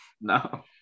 no